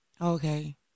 Okay